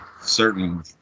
certain